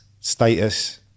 Status